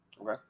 Okay